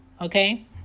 okay